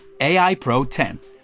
AIPRO10